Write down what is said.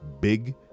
big